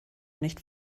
nicht